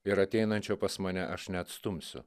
ir ateinančio pas mane aš neatstumsiu